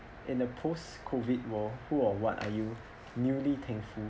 in a post COVID world who are what are you newly thankful